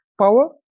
power